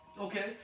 Okay